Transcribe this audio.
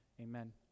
amen